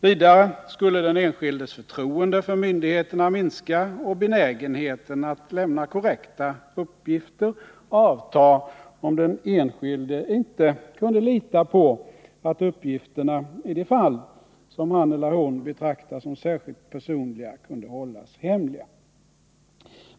Vidare skulle den enskildes förtroende för myndigheterna minska och benägenheten att lämna korrekta uppgifter avta, om den enskilde inte kunde lita på att uppgifterna i de fall som han eller hon betraktar som särskilt personliga kunde hållas hemliga.